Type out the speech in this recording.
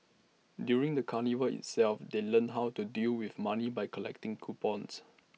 during the carnival itself they learnt how to deal with money by collecting coupons